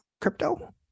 crypto